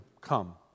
come